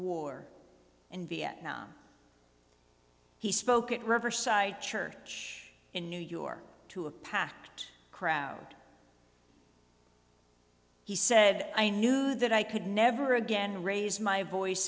war in vietnam he spoke at riverside church in new york to a packed crowd he said i knew that i could never again raise my voice